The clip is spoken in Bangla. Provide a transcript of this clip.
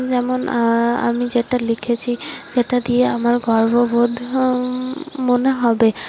যেমন আমি যেটা লিখেছি সেটা দিয়ে আমার গর্ববোধ মনে হবে